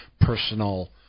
personal